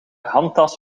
handtas